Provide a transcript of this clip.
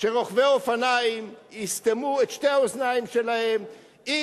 רוכבי האופניים לסתום את שתי האוזניים שלהם עם